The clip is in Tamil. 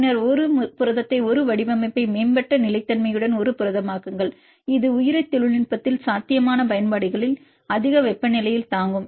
பின்னர் ஒரு புரதத்தை ஒரு வடிவமைப்பை மேம்பட்ட நிலைத்தன்மையுடன் ஒரு புரதமாக்குங்கள் இது உயிரி தொழில்நுட்பத்தில் சாத்தியமான பயன்பாடுகளை அதிக வெப்பநிலையில் தாங்கும்